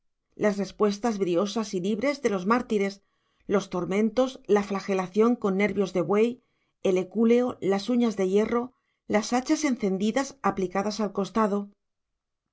las respuestas briosas y libres de los mártires los tormentos la flagelación con nervios de buey el ecúleo las uñas de hierro las hachas encendidas aplicadas al costado